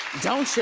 don't cha.